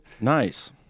Nice